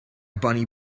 bunny